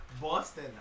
boston